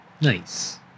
Nice